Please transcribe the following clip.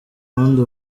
bundi